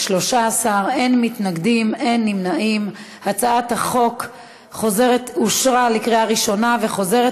ההצעה להעביר את הצעת חוק הצעת חוק פתיחת קבר של קטין יוצא תימן,